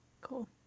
Cool